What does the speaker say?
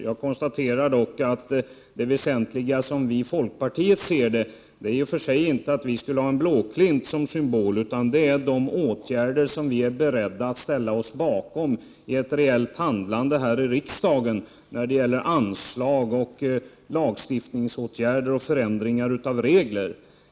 Vad vi i folkpartiet anser vara väsentligt är i och för sig inte att vi har en blåklint som symbol, utan det är de förslag till åtgärder som vi är beredda att ställa oss bakom här i kammaren när det gäller anslag, lagstiftningsåtgärder och förändringar av regler.